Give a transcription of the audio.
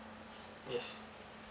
yes